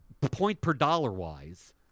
point-per-dollar-wise